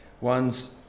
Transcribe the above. one's